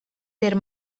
der